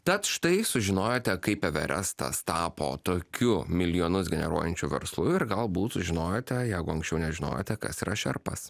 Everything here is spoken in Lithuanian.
tad štai sužinojote kaip everestas tapo tokiu milijonus generuojančiu verslu ir galbūt sužinojote jeigu anksčiau nežinojote kas yra šerpas